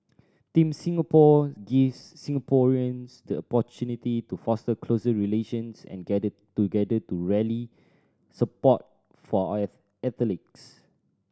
Team Singapore gives Singaporeans the to foster closer relations and gather together to rally support for as athletes